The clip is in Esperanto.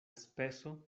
speso